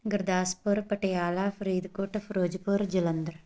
Gurdaspur Patiala Faridkot Firozpur Jalandhar